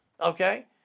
Okay